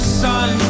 sun